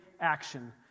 action